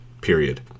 Period